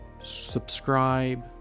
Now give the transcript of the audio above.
subscribe